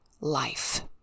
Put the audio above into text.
life